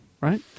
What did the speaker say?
Right